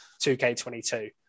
2K22